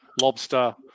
lobster